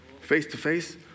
face-to-face